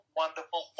wonderful